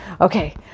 okay